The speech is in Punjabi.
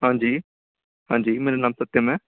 ਹਾਂਜੀ ਹਾਂਜੀ ਮੇਰਾ ਨਾਮ ਸਤਿਆਮ ਹੈ